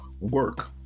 work